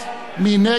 מי נגד?